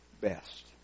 best